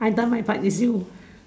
I done my part is you